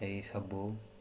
ଏଇ ସବୁ